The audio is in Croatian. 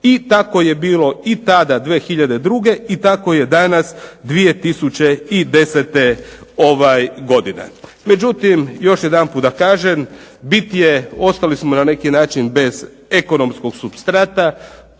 I tako je bilo i tada 2002. i tako je danas 2010. godine. Međutim, još jedanput da kažem, bit je ostali smo na neki način bez ekonomskog supstrata,